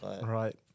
right